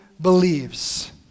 believes